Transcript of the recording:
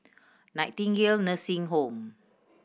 Nightingale Nursing Home